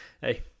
hey